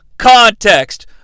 Context